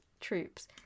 troops